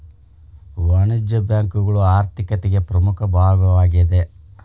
ವಾಣಿಜ್ಯ ಬ್ಯಾಂಕುಗಳು ಆರ್ಥಿಕತಿಗೆ ಪ್ರಮುಖ ಭಾಗವಾಗೇದ